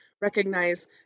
recognize